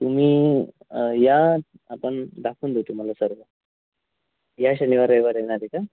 तुम्ही या आपण दाखवून देऊ तुम्हाला सर्व या शनिवार रविवार येणार आहे का